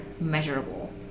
measurable